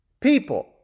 people